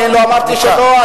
אני לא אמרתי שלא.